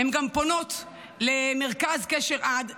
הן גם פונות למרכז "קשר עד",